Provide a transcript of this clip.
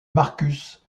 marcus